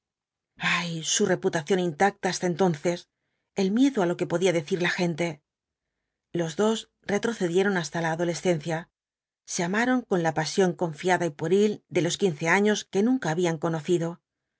ay su reputación intacta hasta entonces el miedo á lo que podía decir la gente los dos retrocedieron hasta la adolescencia se amaron con ia pasión confiada y pueril de los quince años que nunca habían conocido